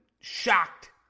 shocked